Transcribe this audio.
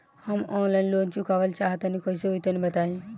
हम online loan चुकावल चाहऽ तनि कइसे होई तनि बताई?